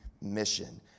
mission